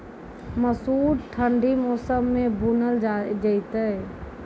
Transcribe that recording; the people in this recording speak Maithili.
मसूर ठंडी मौसम मे बूनल जेतै?